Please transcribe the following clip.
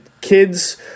kids